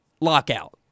lockout